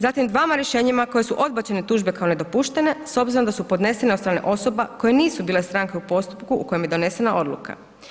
Zatim dvama rješenjima kojima su odbačene tužbe kao nedopušteno s obzirom da su podnesene od strane osoba koje nisu bile stranke u postupku u kojem je donesena odluka.